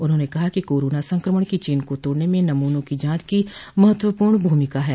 उन्होंने कहा कि कोरोना संकमण की चेन को तोड़ने में नमूनों की जांच की महत्वूपर्ण भ्मिका है